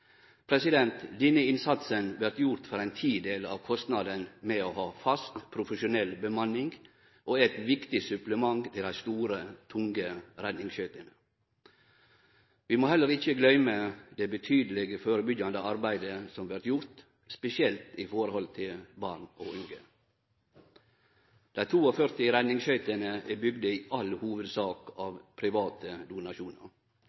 Denne innsatsen vert gjord for ein tidel av kostnaden med å ha fast, profesjonell bemanning, og er eit viktig supplement til dei store, tunge redningsskøytene. Vi må heller ikkje gløyme det betydelege førebyggjande arbeidet som vert gjort, spesielt i forhold til born og unge. Det 42 redningsskøytene er i all hovudsak bygde av private donasjonar.